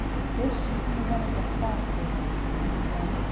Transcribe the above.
if this should be one of the foxes he began.